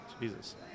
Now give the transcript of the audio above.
Jesus